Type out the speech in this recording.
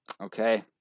Okay